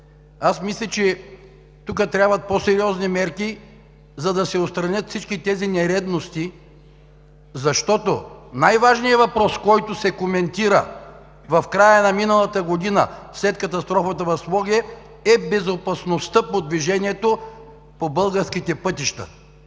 Аз мисля, че тук трябват по-сериозни мерки, за да се отстранят всички тези нередности, защото най-важният въпрос, който се коментира в края на миналата година, след катастрофата в Своге, е безопасността по движението по българските пътища.